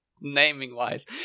naming-wise